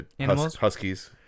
huskies